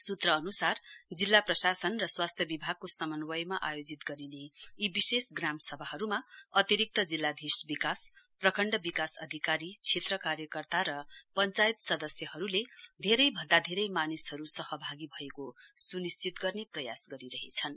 सूत्र अनुसार जिल्ला प्रशासन र स्वास्थ्य विभागको सम्न्वयमा आयोजित गरिने यी विशेष ग्रामसभाहरुमा अतिरिक्त जिल्लाधीश विकास प्रखण्ड विकास अधिकारी क्षेत्र कार्यकर्ता र पंचायत सदस्यहरुले धेरै भन्दा धेरै मानिसहरु सहभागी भएको सुनिश्चित गर्ने प्रयास गरिरहेछन्